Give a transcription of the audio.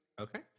Okay